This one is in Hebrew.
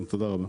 תודה רבה.